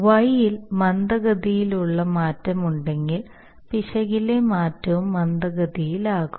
Y ൽ മന്ദഗതിയിലുള്ള മാറ്റമുണ്ടെങ്കിൽ പിശകിലെ മാറ്റവും മന്ദഗതിയിലാകും